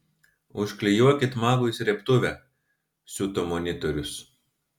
užklijuokit magui srėbtuvę siuto monitorius